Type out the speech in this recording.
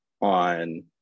on